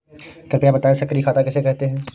कृपया बताएँ सक्रिय खाता किसे कहते हैं?